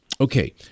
Okay